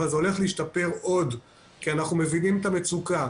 אבל זה הולך להשתפר עוד כי אנחנו מבינים את המצוקה.